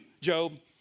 Job